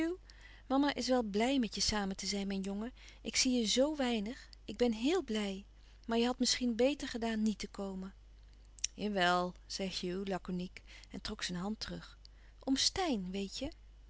mama is wel blij met je samen te zijn mijn jongen ik zie je zoo weinig ik ben héél blij maar je hadt misschien beter gedaan niet te komen jawel zei hugh lakoniek en trok zijn hand terug om steyn weet je